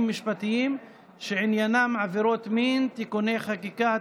משפטיים שעניינם עבירות מין (תיקוני חקיקה),